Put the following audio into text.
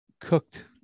cooked